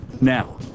now